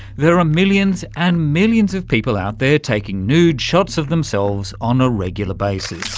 there are millions and millions of people out there taking nude shots of themselves on a regular basis.